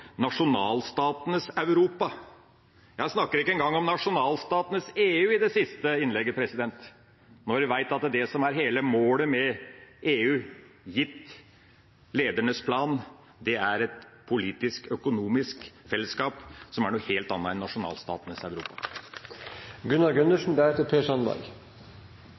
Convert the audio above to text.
nasjonalstatenes EU i det siste innlegget – når vi vet at det som er hele målet med EU, gitt ledernes plan, er et politisk/økonomisk fellesskap som er noe helt annet enn nasjonalstatenes